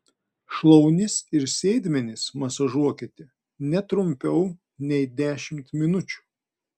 šlaunis ir sėdmenis masažuokite ne trumpiau nei dešimt minučių